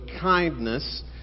kindness